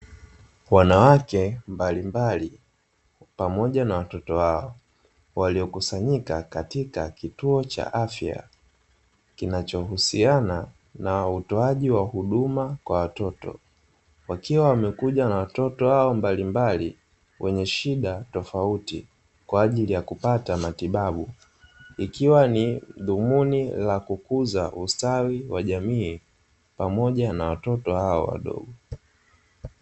Wanawake mbalimbali pamoja na watoto wao waliokusanyika katika kituo cha afya kinachohusiana na utoaji wa huduma kwa watoto. Wakiwa wamekuja na watoto wao mbalimbali, wenye shida tofauti kwa ajili ya kupata matibabu ikiwa ni dhumuni la kukuza ustawi wa jamii pamoja na watoto hao wadogo.